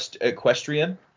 equestrian